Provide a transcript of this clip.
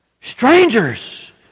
Strangers